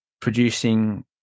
producing